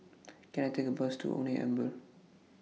Can I Take A Bus to Only Amber